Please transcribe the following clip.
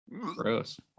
gross